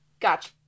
Gotcha